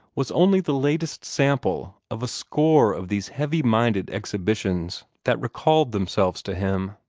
was only the latest sample of a score of these heavy-minded exhibitions that recalled themselves to him.